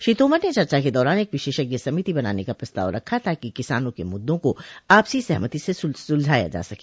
श्री तोमर ने चर्चा के दौरान एक विशषज्ञ समिति बनाने का प्रस्ताव रखा ताकि किसानों के मुद्दों को आपसी सहमति से सुलझाया जा सके